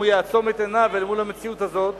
אם הוא יעצום את עיניו אל מול המציאות הזאת